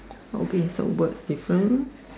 okay so words different